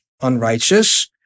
unrighteous